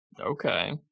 Okay